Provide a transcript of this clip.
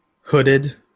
hooded